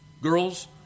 Girls